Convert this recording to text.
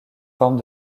formes